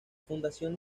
fundación